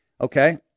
Okay